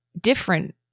different